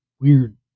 weird